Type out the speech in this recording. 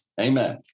amen